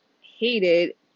hated